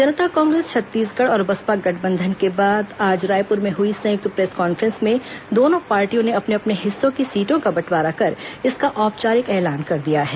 जनता कांग्रेस छत्तीसगढ़ और बसपा गठबंधन के बाद आज रायपुर में हुई संयुक्त प्रेस कांफ्रेंस में दोनों पार्टियों ने अपने अपने हिस्सों की सीटों का बंटवारा कर इसका औपचारिक ऐलान कर दिया है